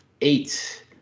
eight